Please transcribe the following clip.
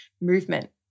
Movement